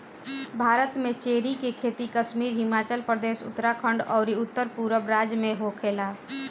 भारत में चेरी के खेती कश्मीर, हिमाचल प्रदेश, उत्तरखंड अउरी उत्तरपूरब राज्य में होखेला